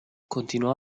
continuò